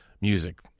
music